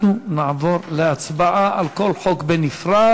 אנחנו נעבור להצבעה על כל חוק בנפרד.